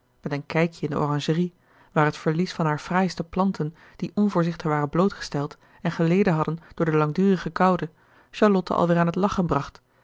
met een kijkje in de oranjerie waar het verlies van haar fraaiste planten die onvoorzichtig waren blootgesteld en geleden hadden door de langdurige koude charlotte alweer aan het lachen bracht